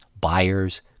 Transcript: buyers